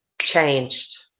changed